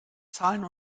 zahlen